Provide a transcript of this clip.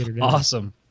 Awesome